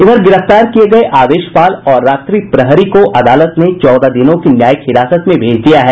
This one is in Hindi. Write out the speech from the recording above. इधर गिरफ्तार किये गये आदेशपाल और रात्रि प्रहरी को अदालत ने चौदह दिनों की न्यायिक हिरासत में भेज दिया है